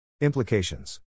Implications